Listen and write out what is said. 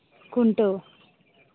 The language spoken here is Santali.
ᱠᱷᱩᱱᱴᱟᱹᱣ